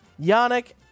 Yannick